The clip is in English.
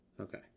Okay